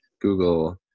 google